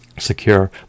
Secure